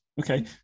okay